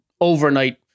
overnight